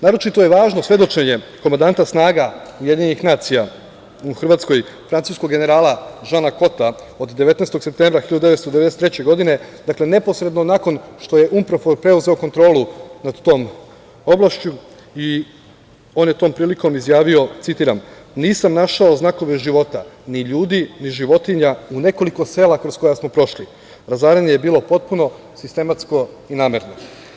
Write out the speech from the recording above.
Naročito je važno svedočenje komandata snaga UN u Hrvatskoj francuskog generala Žana Kota od 19. septembra 1993. godine, dakle neposredno nakon što je UNPROFOR preuzeo kontrolu nad tom oblašću, i on je tom prilikom izjavio, citiram – nisam našao znakove života ni ljudi, ni životinja u nekoliko sela kroz koja smo prošli, razaranje je bilo potpuno, sistematsko i namerno.